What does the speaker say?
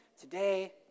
today